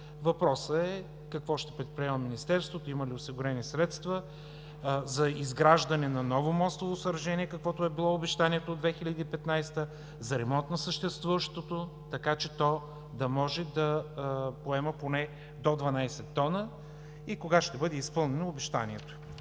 Въпросът е: какво ще предприеме Министерството? Има ли осигурени средства за изграждане на ново мостово съоръжение, каквото е било обещанието от 2015 г. за ремонт на съществуващото, така че то да може да поема поне до 12 тона? Кога ще бъде изпълнено обещанието?